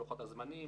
לוחות הזמנים,